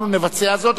אנחנו נבצע זאת.